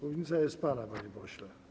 Mównica jest pana, panie pośle.